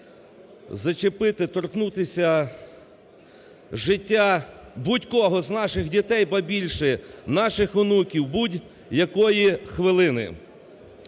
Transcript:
зачепити, торкнутися життя будь-кого з наших дітей, ба більше наших онуків будь-якої хвилини.